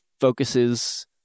focuses